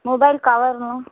mobile கவரெலாம்